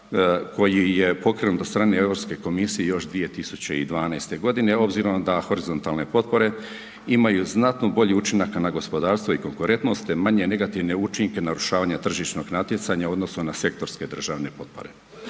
koji je pokrenut od strane Europske komisije još 2012. godine obzirom da horizontalne potpore imaju znatno bolji učinak na gospodarstvo i konkurentnost te manje negativne učinke na urušavanje tržišnog natjecanja u odnosu na sektorske državne potpore.